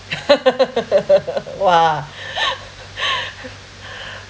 !wah!